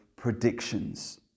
predictions